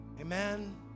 Amen